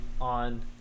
on